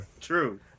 True